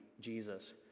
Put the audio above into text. Jesus